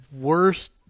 worst